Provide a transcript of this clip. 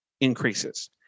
increases